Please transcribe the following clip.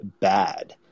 bad